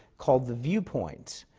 called the viewpoints,